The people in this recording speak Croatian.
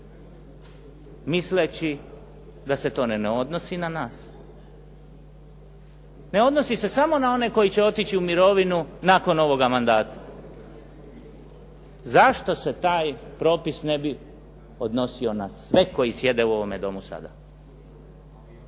misleći da se to ne odnosi na nas. Ne odnosi se samo na one koji će otići u mirovinu nakon ovoga mandata. Zašto se taj propis ne bi odnosio na sve koji sjede u ovome Domu sada?